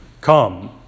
come